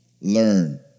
Learn